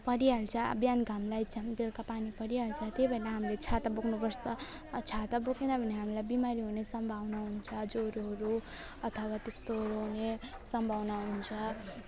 परिहाल्छ बिहान घाम लागेको छ भने बेलुका पानी परिहाल्छ त्यही भएर हामीले छाता बोक्नुपर्छ छाता बोकेन भने हामीलाई बिमारी हुने सम्भावना हुन्छ ज्वरोहरू अथवा त्यस्तोहरू हुने सम्भावना हुन्छ